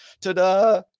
Ta-da